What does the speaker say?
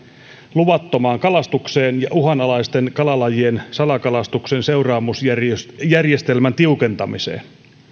luvattomaan kalastukseen ja uhanalaisten kalalajien salakalastuksen seuraamusjärjestelmän tiukentamiseen